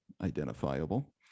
identifiable